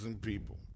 people